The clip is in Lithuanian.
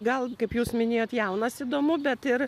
gal kaip jūs minėjot jaunas įdomu bet ir